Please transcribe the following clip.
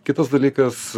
kitas dalykas